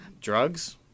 Drugs